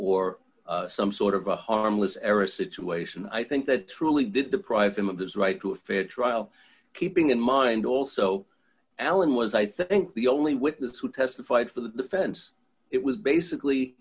or some sort of a harmless error situation i think that truly did deprive him of his right to a fair trial keeping in mind also alan was i think the only witness who testified for the defense it was basically